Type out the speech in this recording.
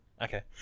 Okay